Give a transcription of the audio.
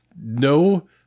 no